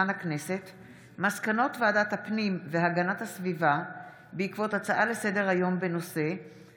מסקנות ועדת הפנים והגנת הסביבה בעקבות הצעה לסדר-היום של חברי